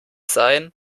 sein